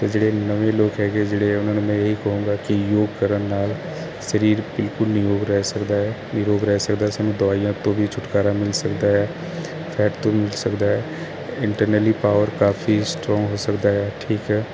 ਤੇ ਜਿਹੜੇ ਨਵੇਂ ਲੋਕ ਹੈਗੇ ਜਿਹੜੇ ਉਹਨਾਂ ਨੂੰ ਮੈਂ ਇਹੀ ਕਹੂੰਗਾ ਕੀ ਯੋਗ ਕਰਨ ਨਾਲ ਸਰੀਰ ਬਿਲਕੁਲ ਨਿਊ ਓਵਰ ਰਹਿ ਸਕਦਾ ਹੈ ਨਿਰੋਗ ਰਹਿ ਸਕਦਾ ਸਾਨੂੰ ਦਵਾਈਆਂ ਤੋਂ ਵੀ ਛੁਟਕਾਰਾ ਮਿਲ ਸਕਦਾ ਹੈ ਫੈਟ ਤੋਂ ਮਿਲ ਸਕਦਾ ਇੰਟਰਨਲੀ ਪਾਵਰ ਕਾਫੀ ਸਟਰੋਂਗ ਹੋ ਸਕਦਾ ਠੀਕ ਹੈ